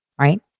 right